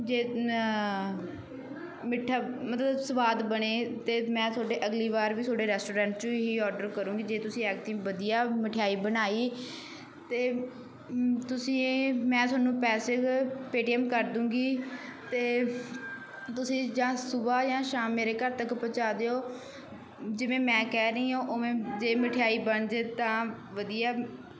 ਜੇ ਮਿੱਠਾ ਮਤਲਬ ਸਵਾਦ ਬਣੇ ਅਤੇ ਮੈਂ ਤੁਹਾਡੇ ਅਗਲੀ ਵਾਰ ਵੀ ਤੁਹਾਡੇ ਰੈਸਟੋਰੈਂਟ ਚੋ ਹੀ ਔਡਰ ਕਰਾਂਗੀ ਜੇ ਤੁਸੀਂ ਐਤਕੀ ਵਧੀਆ ਮਠਿਆਈ ਬਣਾਈ ਅਤੇ ਤੁਸੀਂ ਇਹ ਮੈਂ ਤੁਹਾਨੂੰ ਪੈਸੇ ਪੇਟੀਐਮ ਕਰ ਦਊਗੀ ਅਤੇ ਤੁਸੀਂ ਜਾਂ ਸੁਬਾਹ ਜਾਂ ਸ਼ਾਮ ਮੇਰੇ ਘਰ ਤੱਕ ਪਹੁੰਚਾ ਦਿਓ ਜਿਵੇਂ ਮੈਂ ਕਹਿ ਰਹੀ ਹਾਂ ਉਵੇਂ ਜੇ ਮਠਿਆਈ ਬਣ ਜਾਏ ਤਾਂ ਵਧੀਆ